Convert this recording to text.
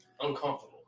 Uncomfortable